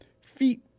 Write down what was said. feet